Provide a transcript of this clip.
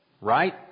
Right